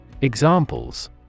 Examples